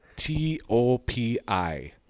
T-O-P-I